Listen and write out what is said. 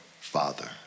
father